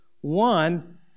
one